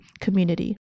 community